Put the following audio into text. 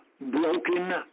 broken